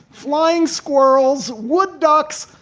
flying squirrels, wood ducks,